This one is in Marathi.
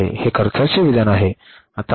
हे खर्चाचे विधान आहे